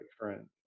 current